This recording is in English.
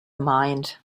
mind